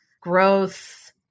growth